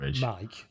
Mike